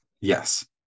Yes